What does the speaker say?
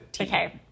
Okay